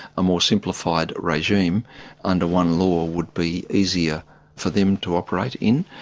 a more simplified regime under one law would be easier for them to operate in.